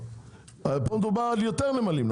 פה מדובר על יותר נמלים.